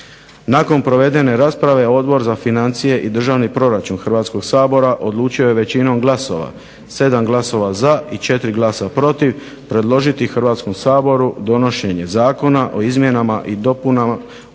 Nakon provedene rasprave Odbor za financije i državni proračun Hrvatskog sabora odlučio je većinom glasova, 7 glasova za i 4 glasa protiv predložiti Hrvatskom saboru donošenje Zakona o izmjenama i dopuni Zakona